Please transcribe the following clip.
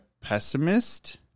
pessimist